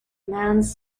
mans